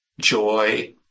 joy